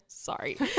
Sorry